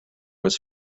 was